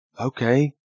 okay